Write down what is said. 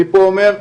אני פה אומר,